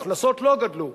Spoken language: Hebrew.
ההכנסות לא גדלו.